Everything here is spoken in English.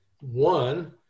one